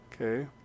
Okay